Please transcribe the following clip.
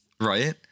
Right